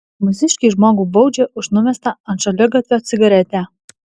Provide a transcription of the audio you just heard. mūsiškį žmogų baudžia už numestą ant šaligatvio cigaretę